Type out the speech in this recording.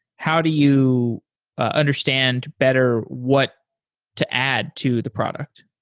how do you understand better what to add to the product?